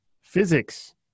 physics